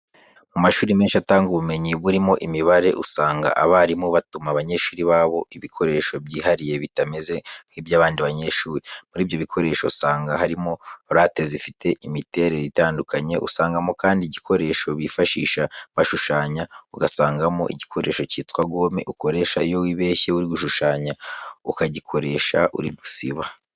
Mu mashuri menshi atanga ubumenyi burimo imibare, usanga abarimu batuma abanyeshuri babo ibikoresho byihariye bitameze nk'iby'abandi banyeshuri. Muri ibyo bikoresho usanga harimo rate zifite imiterere itandukanye, usangamo kandi igikoresho bifashisha bashushanya, ugasangamo igikoresho cyitwa gome, ukoresha iyo wibeshye uri gushushanya, ukagikoresha uri gusiba.